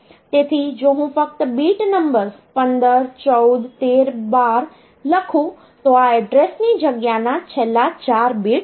તેથી જો હું ફક્ત બીટ નંબર્સ 15 14 13 12 લખું તો આ એડ્રેસની જગ્યાના છેલ્લા 4 બિટ્સ છે